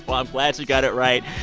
i'm glad she got it right.